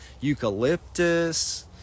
Eucalyptus